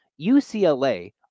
UCLA